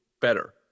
better